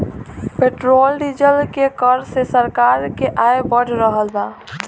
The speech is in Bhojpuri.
पेट्रोल डीजल के कर से सरकार के आय बढ़ रहल बा